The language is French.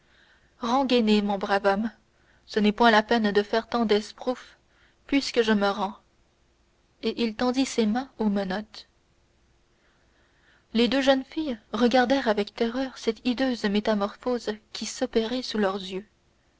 rengainez mon brave homme ce n'est point la peine de faire tant d'esbroufe puisque je me rends et il tendit ses mains aux menottes les deux jeunes filles regardaient avec terreur cette hideuse métamorphose qui s'opérait sous leurs yeux